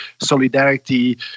solidarity